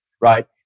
Right